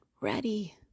ready